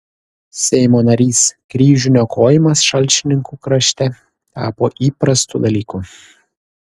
seimo narys kryžių niokojimas šalčininkų krašte tapo įprastu dalyku